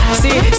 see